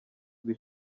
iri